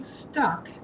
stuck